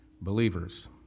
believers